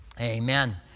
Amen